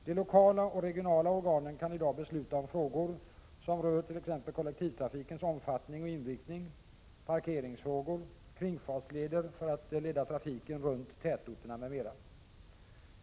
De lokala och regionala organen kan i dag besluta om frågor som rör t.ex. kollektivtrafikens omfattning och inriktning, parkeringsfrågor, kringfartsleder för att leda trafiken runt tätorterna m.m.